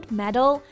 medal